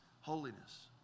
holiness